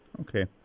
Okay